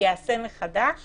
ייעשה מחדש